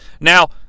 now